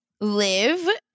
live